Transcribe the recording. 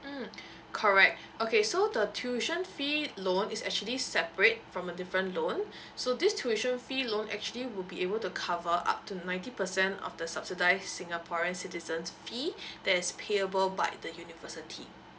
mm correct okay so the tuition fee loan is actually separate from a different loan so this tuition fee loan actually will be able to cover up to ninety percent of the subsidise singaporeans citizens fee that's payable by the university